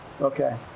Okay